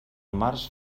març